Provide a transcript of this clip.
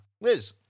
Liz